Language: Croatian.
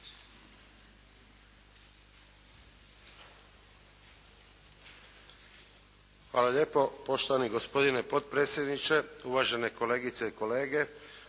Hvala lijepo. Poštovani gospodine potpredsjedniče, uvažene kolegice i kolege,